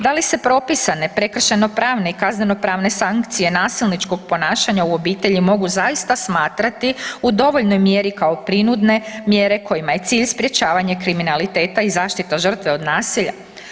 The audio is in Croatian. Da li se propisane prekršajno pravne i kaznenopravne sankcije nasilničkog ponašanja u obitelji mogu zaista smatrati u dovoljnoj mjeri kao prinudne mjere kojima je cilj sprečavanje kriminaliteta i zaštita žrtve od nasilja?